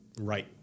right